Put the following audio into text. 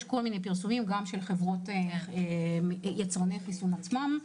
יש פרסומים גם של יצרניות חיסון עצמן.